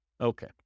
Okay